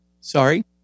sorry